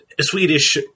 Swedish